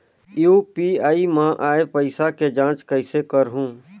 UPI मा आय पइसा के जांच कइसे करहूं?